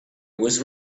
was